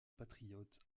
patriotes